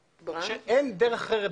אין דרך אחרת,